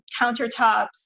countertops